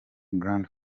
grand